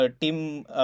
team